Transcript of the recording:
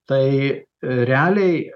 tai realiai